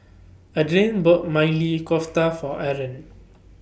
Adrain bought Maili Kofta For Aron